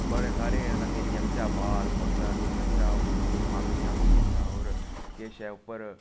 बड़े थाह्रें केइयें बिच्चा बाल थ्होंदा केइयें बिच्चा मतलब के माक्खियां थ्होंदियां होर किशै उप्पर